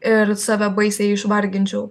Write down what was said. ir save baisiai išvarginčiau